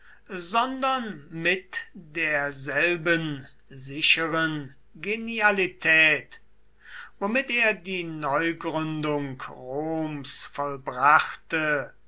sondern mit derselben sicheren genialität womit er die neugründung roms vollbrachte